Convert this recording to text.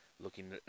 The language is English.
looking